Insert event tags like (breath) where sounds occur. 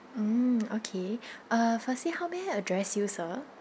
mm okay (breath) uh firstly how may I address you sir